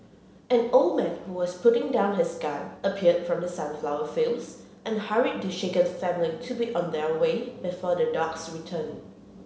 an old man who was putting down his gun appeared from the sunflower fields and hurried the shaken family to be on their way before the dogs return